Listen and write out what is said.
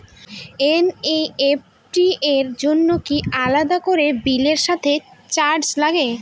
NEFT র জন্য কি আলাদা করে বিলের সাথে চার্জ লাগে?